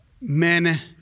men